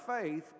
faith